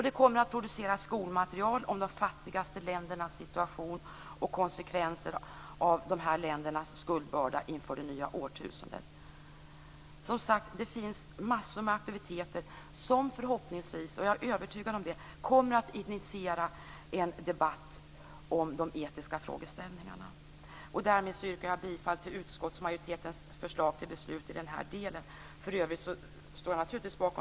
Det kommer att produceras skolmaterial om de fattigaste ländernas situation och konsekvenserna av ländernas skuldbörda inför det nya årtusendet. Det finns massor med aktiviteter som förhoppningsvis - jag är övertygad om det - som kommer att initiera en debatt om de etiska frågeställningarna. Därmed yrkar jag bifall till utskottsmajoritetens förslag till beslut i den delen. För övrigt står jag bakom